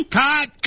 cut